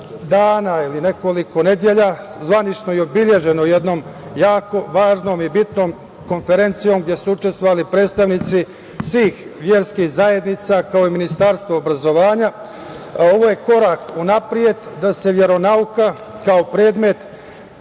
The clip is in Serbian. dana ili nekoliko nedelja zvanično obeleženo jednom jako važnom i bitnom konferencijom gde su učestvovali predstavnici svih verskih zajednica, kao i Ministarstvo obrazovanja, ovo je korak napred da se veronauka, kao predmet,